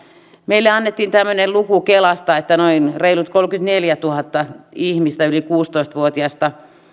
meille annettiin tämmöinen luku kelasta että noin kolmekymmentäneljätuhatta yli kuusitoista vuotiasta